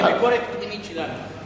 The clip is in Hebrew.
זו ביקורת פנימית שלנו.